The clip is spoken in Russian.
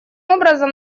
образом